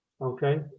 Okay